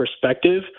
perspective